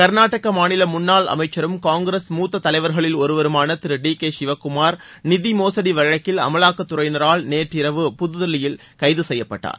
கா்நாடக மாநில முன்னாள் அமைச்சரும் காங்கிரஸ் மூத்த தலைவர்களில் ஒருவருமான திரு டி கே சிவக்குமார் நிதி மோசுடி வழக்கில் அமலாக்கத்துறையினரால் நேற்றிரவு புதுதில்லியில் கைது செய்யப்பட்டார்